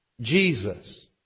Jesus